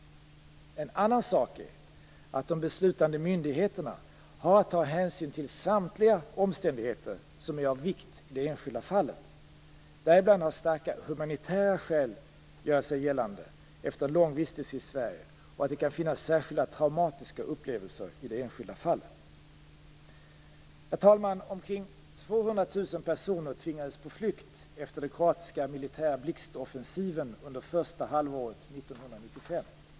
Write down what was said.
En annan sak är att de beslutande myndigheterna har att ta hänsyn till samtliga omständigheter som är av vikt i det enskilda fallet, däribland att starka humanitära skäl gör sig gällande efter en lång vistelse i Sverige och att det kan finnas särskilda traumatiska upplevelser i det enskilda fallet. Herr talman! Omkring 200 000 personer tvingades på flykt efter den kroatiska militära blixtoffensiven under första halvåret 1995.